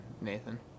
Nathan